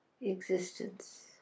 existence